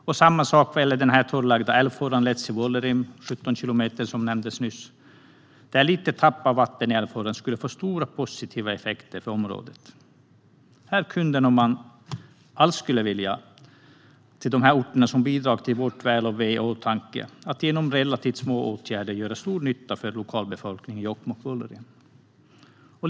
Samma sak är det när det gäller den 17 kilometer långa torrlagda älvfåran vid Letsi och Vuollerim, som nämndes nyss. Lite tappning av vatten i älvfåran skulle få stora positiva effekter för området. När det gäller de här orterna, som bidrar till vårt väl och ve, skulle man, om man ville, genom relativt små åtgärder kunna göra stor nytta för lokalbefolkningen i Jokkmokk och Vuollerim.